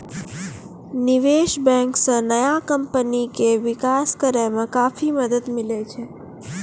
निबेश बेंक से नया कमपनी के बिकास करेय मे काफी मदद मिले छै